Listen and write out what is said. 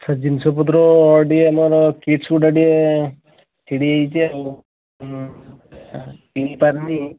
sir ଜିନିଷପତ୍ର ଟିକିଏ ଆମର କିଡ୍ସଗୁଡ଼ା ଟିକିଏ ଛିଡ଼ିଯାଇଛି ଆଉ କିଣି ପାରିନି